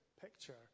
picture